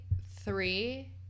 three